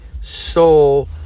soul